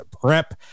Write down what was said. prep